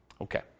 Okay